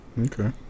Okay